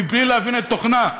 מבלי להבין את תוכנה.